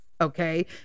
okay